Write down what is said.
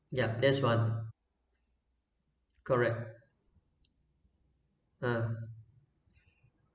ya that's one correct um